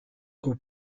aux